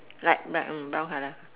light br~(mm) brown colour